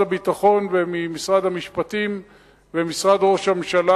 הביטחון וממשרד המשפטים וממשרד ראש הממשלה,